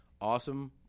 awesome